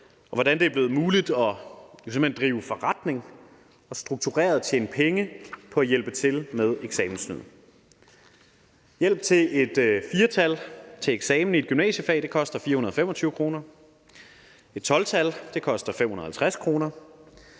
og hvordan det er blevet muligt simpelt hen at drive forretning og struktureret tjene penge på at hjælpe til med eksamenssnyd. Hjælp til et 4-tal til eksamen i et gymnasiefag koster 425 kr.; et 12-tal koster 550 kr.